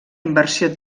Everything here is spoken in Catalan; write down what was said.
inversió